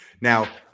Now